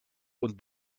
und